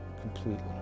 completely